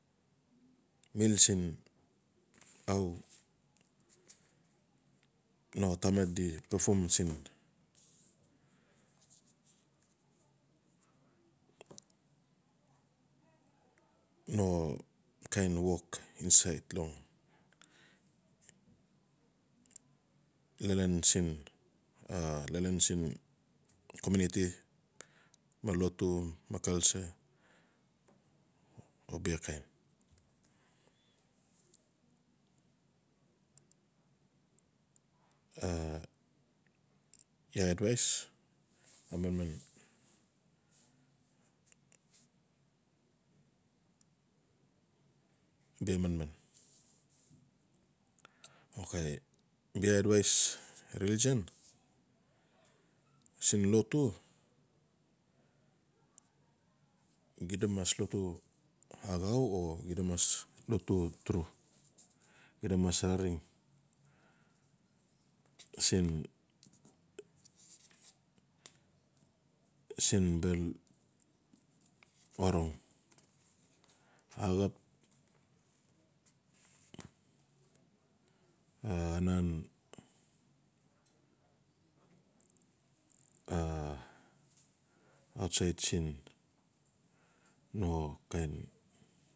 Mil siin now no tamat di pefom siin no kain wok insait long lalan siin lalan siin komiuniti, ma lotu, ma culture o bia kain. iaa advais a maman bia manman, ok bia advais religion siin lotu xida mas lotu axau a lotu tru, xida mas larim siin. orong axap anan autsait siin no kain.